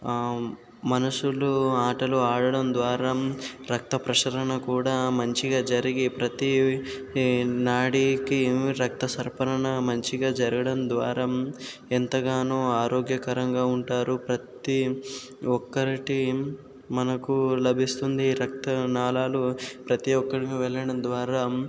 మనుషులు ఆటలు ఆడడం ద్వారా రక్తప్రసరణ కూడా మంచిగా జరిగి ప్రతీ నాడికి రక్త ప్రసరణ మంచిగా జరగడం ద్వారా ఎంతగానో ఆరోగ్యకరంగా ఉంటారు ప్రతీ ఒక్కరికీ మనకు లభిస్తుంది రక్తనాళాలు ప్రతీ ఒక్కరికి వెళ్ళడం ద్వారా